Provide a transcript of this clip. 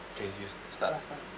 K you start lah start lah